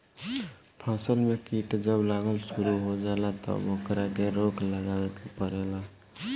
फसल में कीट जब लागल शुरू हो जाला तब ओकरा के रोक लगावे के पड़ेला